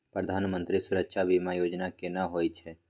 प्रधानमंत्री सुरक्षा बीमा योजना केना होय छै?